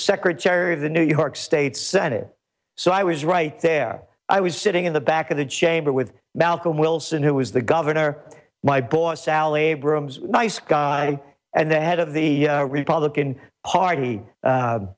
secretary of the new york state senate so i was right there i was sitting in the back of the chamber with malcolm wilson who was the governor my boss sally abrams nice guy and the head of the republican party